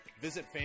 Visit